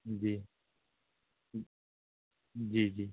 जी जी जी